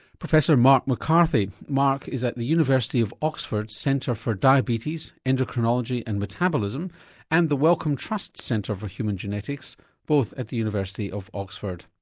professor mark mccarthy. mark is at the university of oxford's centre for diabetes, endocrinology and metabolism and the wellcome trust centre for human genetics both at the university of oxford.